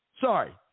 Sorry